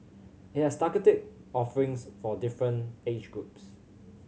it has targeted offerings for different age groups